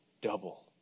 double